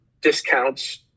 discounts